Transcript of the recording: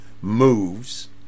moves